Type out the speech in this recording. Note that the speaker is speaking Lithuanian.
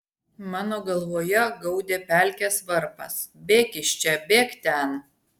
mano galvoje gaudė pelkės varpas bėk iš čia bėk ten